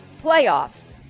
playoffs